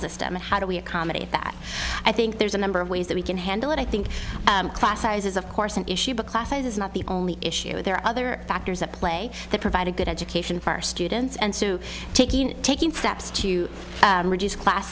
system how do we accommodate that i think there's a number of ways that we can handle it i think class sizes of course an issue because it is not the only issue there are other factors at play that provide a good education for our students and so taking taking steps to reduce class